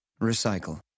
Recycle